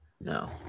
No